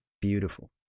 Beautiful